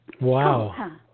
Wow